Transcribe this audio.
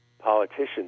Politicians